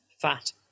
fat